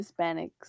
Hispanics